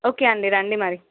ఒకే అండీ రండి మరి